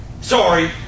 Sorry